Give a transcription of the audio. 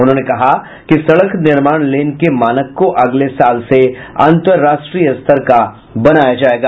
उन्होंने कहा कि सड़क निर्माण लेन के मानक को अगले साल से अंतरराष्ट्रीय स्तर का बनाया जाएगा